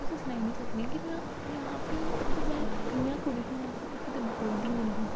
तुसेंगी सनाई नि सकनी आं में अपने आप गी मतलब में इ'यां कुड़ी ही में कदें बोलदी नि ही